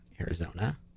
Arizona